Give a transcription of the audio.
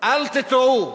אל תטעו.